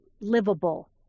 livable